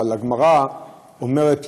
אבל הגמרא אומרת,